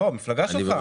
לא, המפלגה שלך.